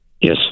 Yes